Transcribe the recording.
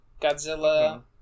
Godzilla